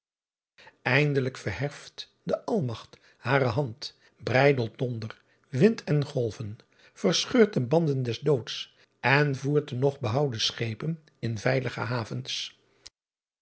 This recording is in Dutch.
indelijk verheft de lmagt hare hand breidelt donder wind en golven verscheurt de banden des doods en voert de nog behouden schepen in veilige havens